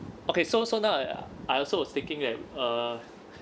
okay so so now I ah I also was thinking that uh